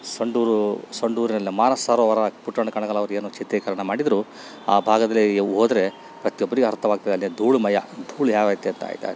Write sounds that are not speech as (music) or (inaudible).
ಸಂಡೂರು ಸಂಡೂರಿನಲ್ಲಿನ ಮಾನಸ್ಸರೋವರ ಪುಟ್ಟಣ್ಣ ಕಣಗಾಲವ್ರು ಏನು ಚಿತ್ರೀಕರಣ ಮಾಡಿದರು ಆ ಭಾಗದಲ್ಲಿ ಹೋದ್ರೆ ಪ್ರತಿಯೊಬ್ರಿಗೆ ಅರ್ಥವಾಗ್ತದಲ್ಲಿ ಧೂಳು ಮಯ ಧೂಳು (unintelligible)